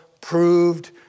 proved